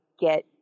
get